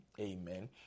Amen